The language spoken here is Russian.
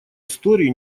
истории